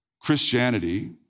Christianity